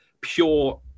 pure